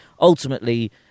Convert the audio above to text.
ultimately